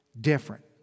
different